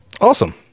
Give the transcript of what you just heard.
Awesome